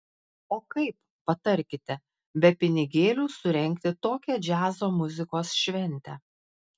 o kaip patarkite be pinigėlių surengti tokią džiazo muzikos šventę